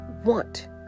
want